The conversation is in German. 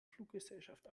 fluggesellschaft